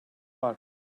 var